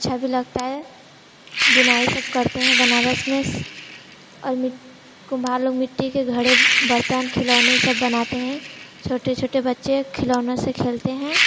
अच्छा भी लगता है बुनाई सब करते हैं बनारस में और मिट कुम्हार लोग मिट्टी के घड़े बर्तन खिलौने सब बनाते हैं छोटे छोटे बच्चे खिलौनों से खेलते हैं